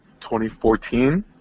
2014